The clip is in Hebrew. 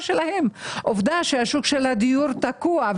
שלהם; עובדה היא ששוק הדיור תקוע,